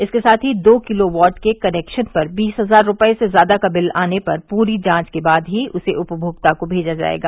इसके साथ ही दो किलोवाट के कनेक्शन पर बीस हजार से ज्यादा का बिल आने पर पूरी जांच के बाद ही उसे उपभोक्ता को भेजा जायेगा